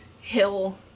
hill